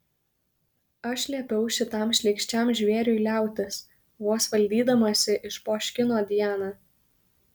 aš liepiau šitam šlykščiam žvėriui liautis vos valdydamasi išpoškino diana